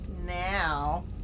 now